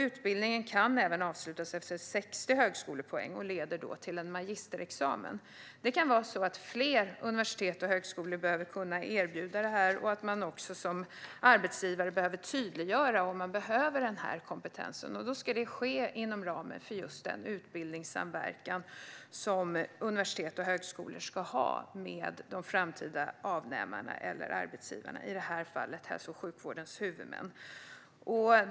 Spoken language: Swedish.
Utbildningen kan även avslutas efter 60 högskolepoäng och leder då till en magisterexamen. Det kan vara så att fler universitet och högskolor behöver kunna erbjuda detta och att man som arbetsgivare behöver tydliggöra om man behöver denna kompetens. Detta ska då ske inom ramen för den utbildningssamverkan som universitet och högskolor ska ha med de framtida avnämarna eller arbetsgivarna, i detta fall hälso och sjukvårdens huvudmän.